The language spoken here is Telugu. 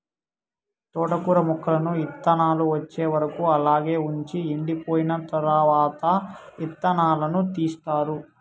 తోటకూర మొక్కలను ఇత్తానాలు వచ్చే వరకు అలాగే వుంచి ఎండిపోయిన తరవాత ఇత్తనాలను తీస్తారు